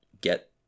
get